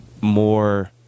more